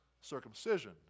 circumcision